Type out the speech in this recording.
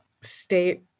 state